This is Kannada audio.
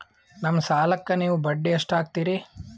ನಮ್ಮ ಸಾಲಕ್ಕ ನೀವು ಬಡ್ಡಿ ಎಷ್ಟು ಹಾಕ್ತಿರಿ?